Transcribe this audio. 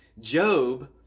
Job